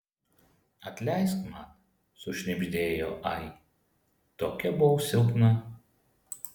atleisk man sušnibždėjo ai tokia buvau silpna